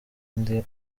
ndi